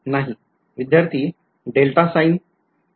नाही विध्यार्थी delta sin नाही